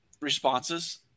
responses